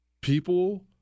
People